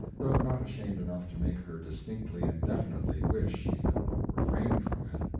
though not ashamed enough to make her distinctly and definitely wish she had refrained from it.